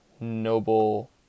noble